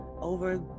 over